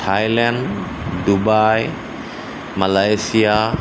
Thailand Dubai Malaysia